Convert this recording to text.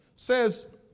Says